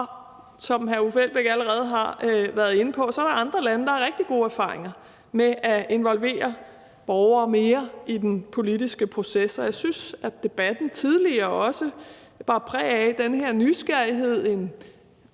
Som hr. Uffe Elbæk allerede har været inde på, er der andre lande, der har rigtig gode erfaringer med at involvere borgere mere i den politiske proces, og jeg synes, at debatten tidligere også bar præg af den her nysgerrighed,